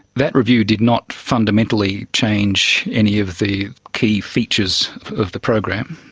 that review did not fundamentally change any of the key features of the program,